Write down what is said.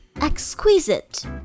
Exquisite